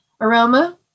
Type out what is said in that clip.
aroma